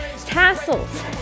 tassels